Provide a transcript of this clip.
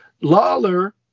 Lawler